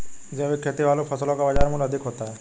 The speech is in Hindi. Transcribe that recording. जैविक खेती वाली फसलों का बाजार मूल्य अधिक होता है